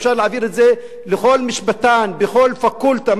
אפשר להעביר את זה לכל משפטן בכל פקולטה,